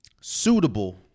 suitable